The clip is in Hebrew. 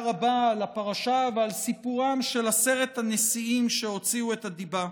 רבה על הפרשה ועל סיפורם של עשרת הנשיאים שהוציאו את הדיבה.